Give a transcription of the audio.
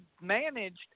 managed